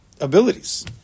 abilities